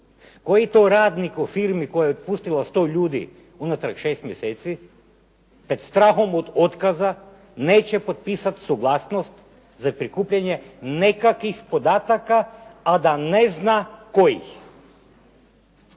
Koji to radnik u firmi koja je otpustila 100 ljudi unatrag 6 mjeseci, pred strahom od otkaza neće potpisat suglasnost za prikupljanje nekakvih podataka, a da ne zna kojih?